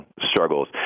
struggles